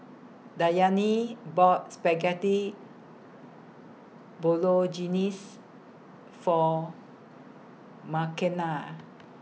Dwyane bought Spaghetti Bolognese For Makenna